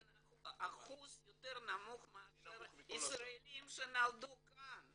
זה אחוז יותר נמוך מאשר ישראלים שנולדו כאן.